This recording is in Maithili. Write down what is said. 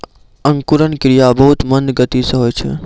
अंकुरन क्रिया बहुत मंद गति सँ होय छै